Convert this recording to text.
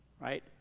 Right